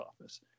office